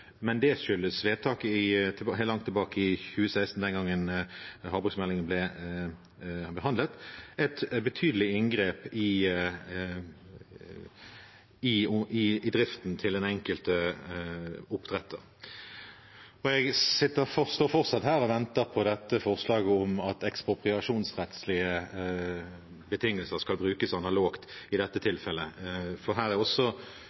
men det skyldes vedtaket langt tilbake i 2016, den gangen havbruksmeldingen ble behandlet – et betydelig inngrep i driften til den enkelte oppdretter. Jeg står fortsatt her og venter på forslaget om at ekspropriasjonsrettslige betingelser skal brukes analogt i dette tilfellet, for her er det